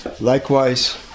Likewise